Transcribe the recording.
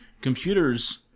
Computers